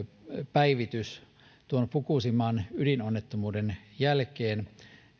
päivitys tuon fukushiman ydinonnettomuuden jälkeen